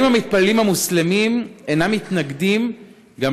האם המתפללים המוסלמים אינם מתנגדים גם